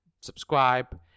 subscribe